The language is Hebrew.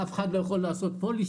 אף אחד לא יכול לעשות פוילעשטיק,